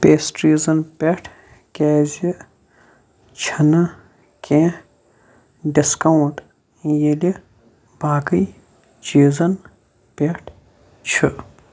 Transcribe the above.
پیسٹرٛیٖزَن پٮ۪ٹھ کیٛازِ چھَنہٕ کیٚںٛہہ ڈِسکاوُنٛٹ ییٚلہِ باقٕے چیٖزن پٮ۪ٹھ چھُ